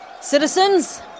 Citizens